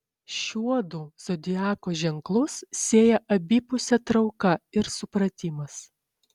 šiuodu zodiako ženklus sieja abipusė trauka ir supratimas